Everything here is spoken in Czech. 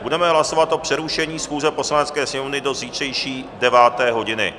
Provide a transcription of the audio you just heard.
Budeme hlasovat o přerušení schůze Poslanecké sněmovny do zítřejší deváté hodiny.